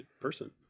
person